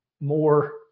more